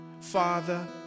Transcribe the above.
Father